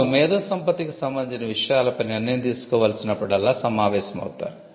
వారు మేధోసంపత్తికి సంబంధించిన విషయాలపై నిర్ణయం తీసుకోవలసినప్పుడల్లా సమావేశమవుతారు